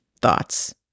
thoughts